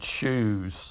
choose